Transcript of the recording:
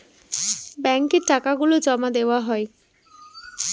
ব্যাঙ্কে টাকা গুলো জমা দেওয়া হয়